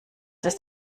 ist